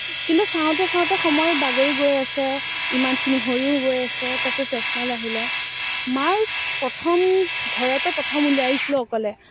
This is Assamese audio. কিন্তু চাওঁতে চাওঁতে সময় বাগৰি গৈ আছে ইমানখিনি হৈও গৈ আছে তাৰ পিছত ছ্যেচনেল আহিলে মাৰ্কছ প্ৰথম ঘৰৰ পৰা প্ৰথম ওলাই আহিছিলোঁ অকলে